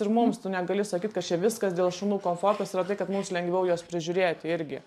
ir mums tu negali sakyt kad čia viskas dėl šunų komfortas yra tai kad mums lengviau juos prižiūrėti irgi